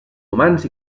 humans